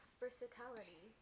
versatility